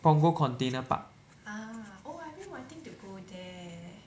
Punggol container park